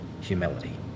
humility